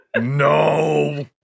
No